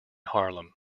harlem